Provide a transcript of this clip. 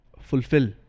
fulfill